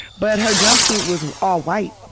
but her jumpsuit was all white.